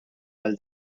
għal